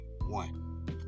One